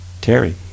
terry